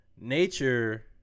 Nature